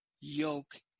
yoke